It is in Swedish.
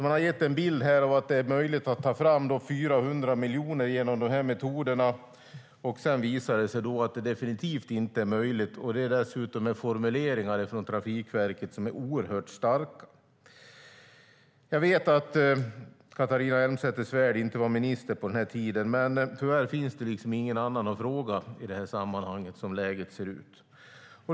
Man har gett en bild av att det är möjligt att ta fram 400 miljoner kronor genom de här metoderna, men sedan visar det sig att det definitivt inte är möjligt - dessutom med formuleringar från Trafikverket som är oerhört starka. Jag vet att Catharina Elmsäter-Svärd inte var minister på den här tiden, men tyvärr finns det liksom ingen annan att fråga i det här sammanhanget, som läget ser ut.